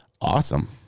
Awesome